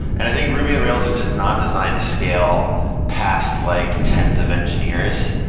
and i think ruby on rails is just not designed to scale past like tens of engineers.